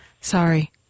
Sorry